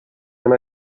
and